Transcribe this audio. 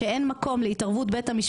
בג"ץ